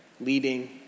leading